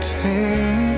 pain